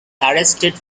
arrested